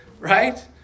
Right